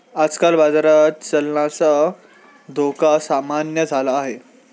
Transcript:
आजकाल बाजारात चलनाचा धोका सामान्य झाला आहे